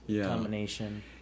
combination